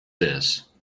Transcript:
this